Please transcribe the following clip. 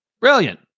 Brilliant